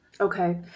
Okay